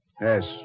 Yes